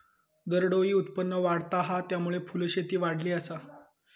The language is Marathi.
दरडोई उत्पन्न वाढता हा, त्यामुळे फुलशेती वाढली आसा